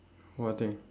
what thing